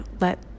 let